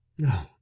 No